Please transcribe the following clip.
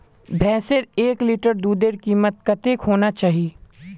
भैंसेर एक लीटर दूधेर कीमत कतेक होना चही?